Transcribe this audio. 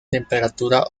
temperatura